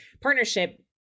partnership